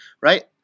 right